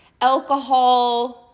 alcohol